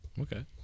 Okay